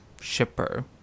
shipper